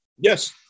Yes